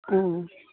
অঁ